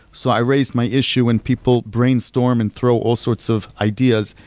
so i raised my issue and people brainstorm and throw all sorts of ideas,